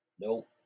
Nope